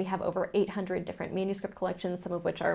we have over eight hundred different meanings of collections some of which are